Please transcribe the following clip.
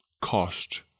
cost